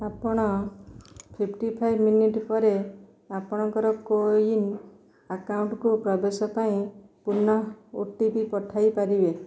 ଆପଣ fifty five minute ପରେ ଆପଣଙ୍କର କୋୱିନ୍ ଆକାଉଣ୍ଟ୍କୁ ପ୍ରବେଶ ପାଇଁ ପୁନଃ ଓ ଟି ପି ପଠାଇ ପାରିବେ